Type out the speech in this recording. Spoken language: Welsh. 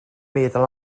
meddwl